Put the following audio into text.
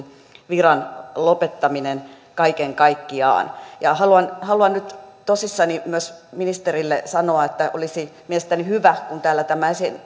viran lopettaminen kaiken kaikkiaan ja haluan nyt tosissani myös ministerille sanoa että olisi mielestäni hyvä kun täällä tämä